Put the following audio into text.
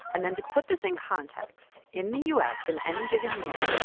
and then to put this in context, in the u s, in any given year,